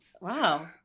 wow